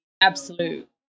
absolute